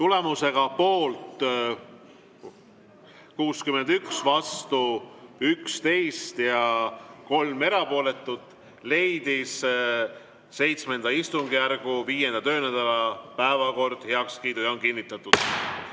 Tulemusega poolt 61, vastu 11 ja 3 erapooletut, leidis VII istungjärgu 5. töönädala päevakord heakskiidu ja on kinnitatud.